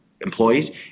employees